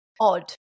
odd